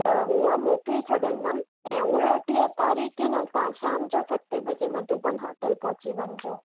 त हुअ मोकिले छॾींदमि ऐं उणटीह तारीख़ हेन तव्हां शाम जो सतें बजे मधुबन होटल पहुची वञिजो